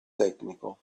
tecnico